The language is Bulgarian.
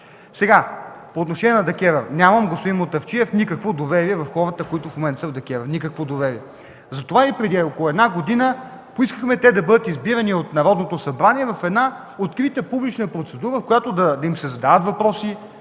нещо. По отношение на ДКЕВР. Господин Мутафчиев, нямам никакво доверие в хората, които в момента са в ДКЕВР – никакво доверие. Затова и преди около една година поискахме те да бъдат избирани от Народното събрание в открита публична процедура, в която да им се задават въпроси,